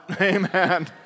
Amen